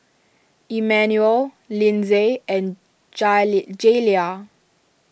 Emmanuel Lindsay and Jayla